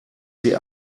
sie